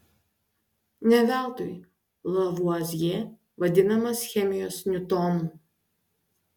ne veltui lavuazjė vadinamas chemijos niutonu